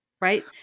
right